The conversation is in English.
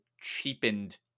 cheapened